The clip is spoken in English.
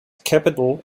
capital